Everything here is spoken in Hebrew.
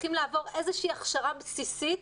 צריכים לעבור איזושהי הכשרה בסיסית.